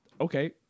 okay